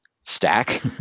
stack